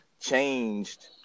changed